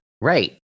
Right